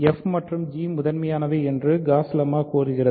f மற்றும் h முதல்நிலையானவை என்று காஸ் லெம்மா கூறுகிறது